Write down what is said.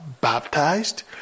baptized